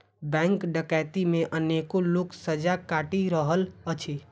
bank डकैती मे अनेको लोक सजा काटि रहल अछि